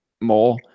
more